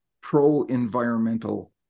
pro-environmental